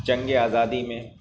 جنگ آزادی میں